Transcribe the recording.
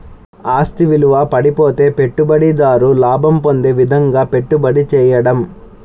ఆస్తి విలువ పడిపోతే పెట్టుబడిదారు లాభం పొందే విధంగాపెట్టుబడి చేయడం